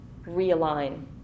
realign